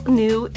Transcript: new